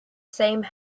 same